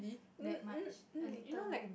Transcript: that much a little